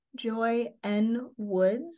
JoyNWoods